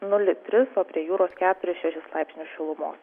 nulį tris o prie jūros keturis šešis laipsnius šilumos